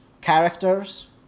characters